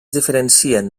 diferencien